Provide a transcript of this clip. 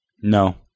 No